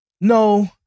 No